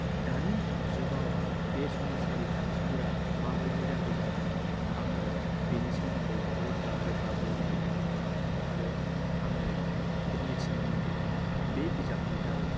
दानि जुगाव बे समाजारि खान्थिफोरा माबायदि जाबोदोंमोन आङो बिनि सोमोन्दै रोखा रोखा बुजिनो मोनदोंमोन आरो आङो मिथिनो मोनदोंमोन बे बिजाबनि दारै